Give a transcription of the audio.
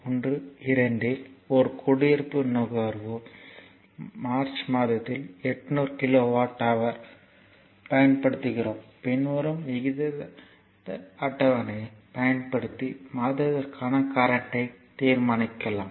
12 யில் ஒரு குடியிருப்பு நுகர்வோர் மார்ச் மாதத்தில் 800 கிலோவாட் ஹவர் ஐ பயன்படுத்துகிறோம் பின்வரும் விகித அட்டவணையைப் பயன்படுத்தி மாதத்திற்கான கரண்ட்யை தீர்மானிக்கிலாம்